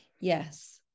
Yes